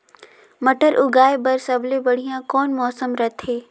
मटर उगाय बर सबले बढ़िया कौन मौसम रथे?